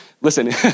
Listen